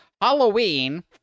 Halloween